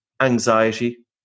anxiety